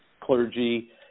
clergy